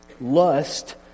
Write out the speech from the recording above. Lust